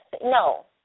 No